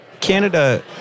Canada